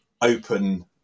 open